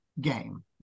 game